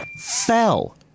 Fell